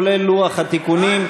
כולל לוח התיקונים,